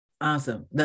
Awesome